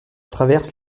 traverse